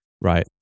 right